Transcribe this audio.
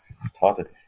started